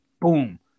boom